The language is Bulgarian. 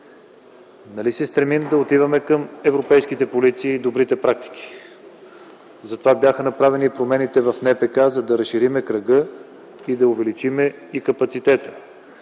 Нали се стремим да отиваме към европейските полиции и добрите практики? Затова бяха направени промените в НПК – за да разширим кръга и да увеличим капацитета.